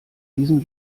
diesem